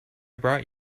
brought